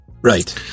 right